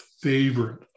favorite